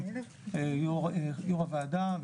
עם יו"ר הוועדה,